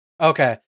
Okay